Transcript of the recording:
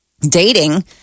dating